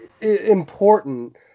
important